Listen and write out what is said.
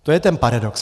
To je ten paradox.